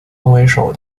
为首